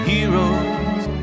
Heroes